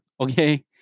Okay